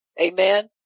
Amen